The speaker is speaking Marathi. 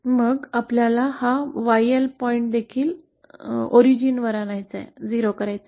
तर आपल्याला पुन्हा हा मूळ मुद्दा आणावा लागेल